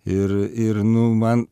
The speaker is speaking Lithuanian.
ir ir nu man